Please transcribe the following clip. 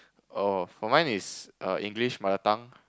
oh for mine is err English mother tongue